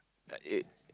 I ate